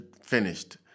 finished